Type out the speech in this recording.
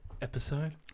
episode